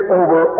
over